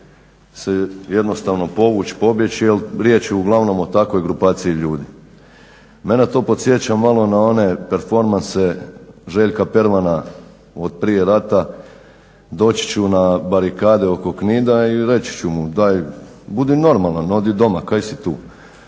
se jednostavno povući, pobjeći jer riječ je uglavnom o takvoj grupaciji ljudi. Mene to podsjeća na one performanse Željka Pervana otprije rata doći ću na barikade oko Knina i reći ću mu daj budi normalan, odi doma, kaj si tu.